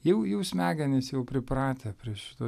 jau jau smegenys jau pripratę prie šito